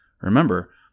Remember